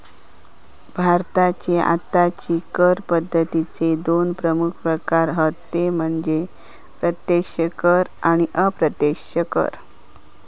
भारताची आत्ताची कर पद्दतीचे दोन प्रमुख प्रकार हत ते म्हणजे प्रत्यक्ष कर आणि अप्रत्यक्ष कर